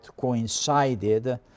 coincided